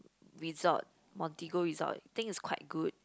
resort Montigo-Resort I think is quite good